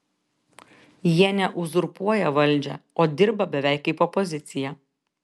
jie ne uzurpuoja valdžią o dirba beveik kaip opozicija